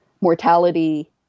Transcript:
mortality